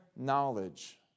knowledge